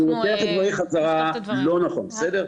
אז אני לוקח את דבריי חזרה, לא נכון, בסדר?